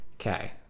Okay